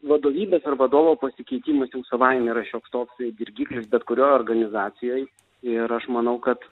vadovybės ir vadovo pasikeitimas jau savaime yra šioks toksai dirgiklis bet kurioj organizacijoj ir aš manau kad